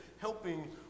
helping